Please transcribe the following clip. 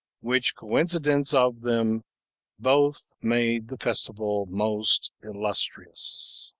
which coincidence of them both made the festival most illustrious.